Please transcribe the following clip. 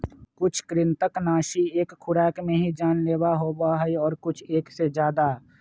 कुछ कृन्तकनाशी एक खुराक में ही जानलेवा होबा हई और कुछ एक से ज्यादा